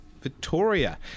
Victoria